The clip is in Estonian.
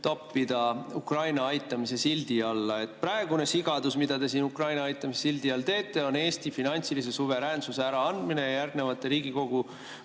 toppida Ukraina aitamise sildi alla. Praegune sigadus, mida te siin Ukraina aitamise sildi all teete, on Eesti finantsilise suveräänsuse äraandmine ning järgnevate Riigikogu